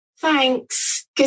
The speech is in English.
Thanks